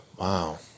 Wow